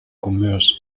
commerce